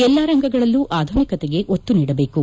ಎಲ್ಲಾ ರಂಗಗಳಲ್ಲೂ ಆಧುನಿಕತೆಗೆ ಒತ್ತು ನೀಡಬೇಕು